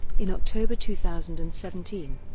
in october two thousand and seventeen,